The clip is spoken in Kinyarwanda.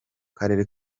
karere